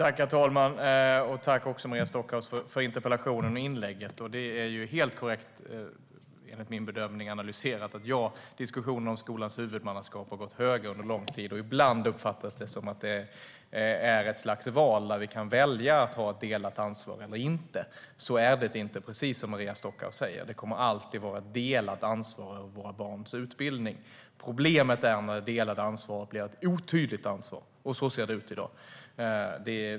Herr talman! Tack, Maria Stockhaus, för interpellationen och inlägget! Enligt min bedömning är det helt korrekt analyserat att diskussionens vågor om skolans huvudmannaskap har gått höga under lång tid. Ibland uppfattas det som att det är ett slags val, att vi kan välja att ha ett delat ansvar eller inte. Så är det inte, precis som Maria Stockhaus säger. Våra barns utbildning kommer alltid att vara ett delat ansvar. Problemet är när det delade ansvaret blir ett otydligt ansvar. Så ser det ut i dag.